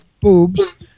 boobs